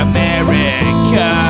America